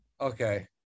okay